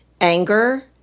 anger